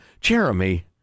Jeremy